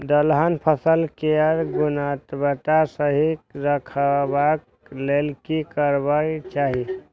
दलहन फसल केय गुणवत्ता सही रखवाक लेल की करबाक चाहि?